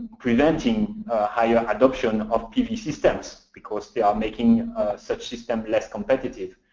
preventing higher adoption of pv systems, because they are making such systems less competitive.